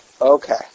Okay